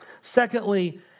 Secondly